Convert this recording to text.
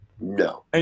no